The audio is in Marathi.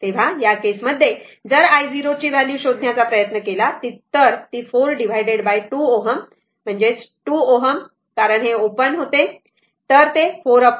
तर या केस मध्ये जर i0 ची व्हॅल्यू शोधण्याचा प्रयत्न केला तर ती 4 डिवाइडेड2 Ω आणि 2 Ω कारण हे ओपन होते बऱ्याच वेळासाठी